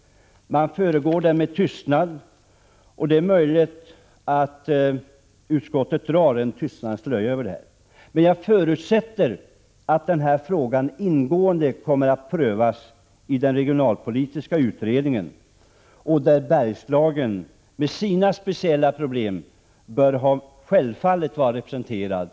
Man förbigår det med tystnad. Det är möjligt att utskottet vill dra en tystnadens slöja över denna fråga. Men jag förutsätter att den här frågan ingående kommer att prövas i den regionalpolitiska utredningen, där Bergslagen med dess speciella problem självfallet bör vara representerad.